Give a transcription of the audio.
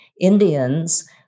indians